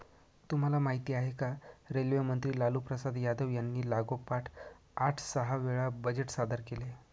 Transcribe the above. तुम्हाला माहिती आहे का? रेल्वे मंत्री लालूप्रसाद यादव यांनी लागोपाठ आठ सहा वेळा बजेट सादर केले